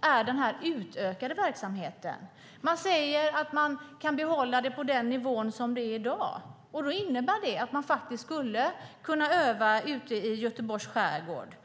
är den utökade verksamheten. Man säger att det går att behålla verksamheten på den nivå som den har i dag. Det innebär att försvaret skulle kunna öva i Göteborgs skärgård.